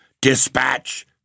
Dispatch